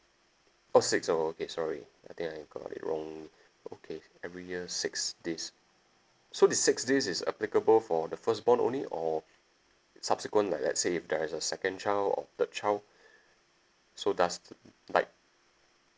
oh six orh okay sorry I think I got it wrong okay every year six days so the six days is applicable for the first born only or subsequent like let's say if there's a second child or third child so does uh like